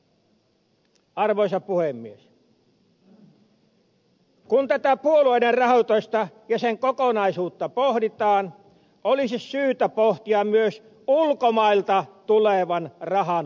kun tätä puolueiden rahoitusta ja sen kokonaisuutta pohditaan olisi syytä pohtia myös ulkomailta tulevan rahan valvontaa